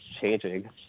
changing